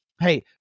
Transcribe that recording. hey